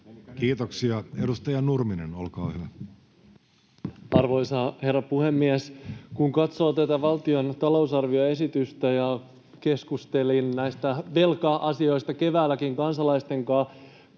Time: 14:25 Content: Arvoisa herra puhemies! Kun katsoo tätä valtion talousarvioesitystä — ja keskustelin kovin näistä velka-asioista keväälläkin kansalaisten kanssa